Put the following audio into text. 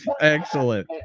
Excellent